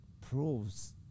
proves